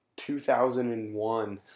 2001